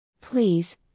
Please